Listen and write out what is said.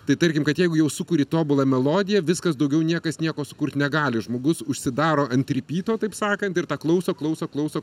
tai tarkim kad jeigu jau sukuri tobulą melodiją viskas daugiau niekas nieko sukurt negali žmogus užsidaro ant ripyto taip sakant ir tą klauso klauso klauso